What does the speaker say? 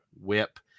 WHIP